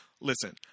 Listen